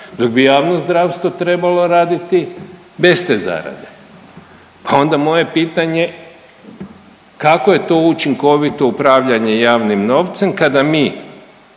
dok bi javno zdravstvo trebalo raditi bez te zarade pa onda moje pitanje kako je to učinkovito upravljanje javnim novcem kada mi